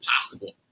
possible